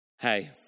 Hey